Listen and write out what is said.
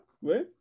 Oui